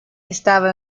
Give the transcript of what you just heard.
estaba